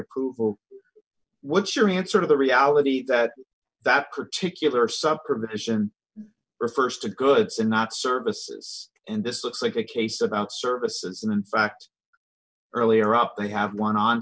approval what's your answer to the reality that that particular some permission refers to goods and not services and this looks like a case about services and in fact earlier up they have won on